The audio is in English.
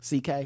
ck